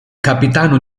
capitano